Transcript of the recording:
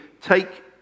take